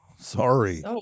sorry